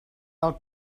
del